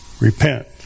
Repent